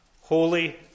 holy